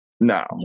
No